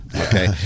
okay